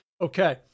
Okay